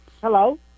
Hello